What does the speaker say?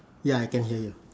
ya I can hear you